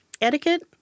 etiquette